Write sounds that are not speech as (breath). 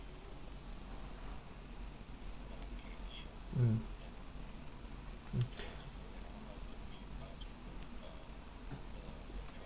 mm mm (breath)